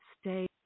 stay